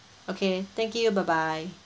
okay thank you bye bye